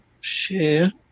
share